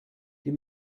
die